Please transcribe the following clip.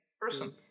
person